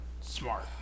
smart